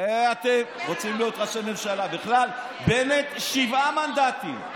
ואתם רוצים להיות ראשי ממשלה, בנט, שבעה מנדטים.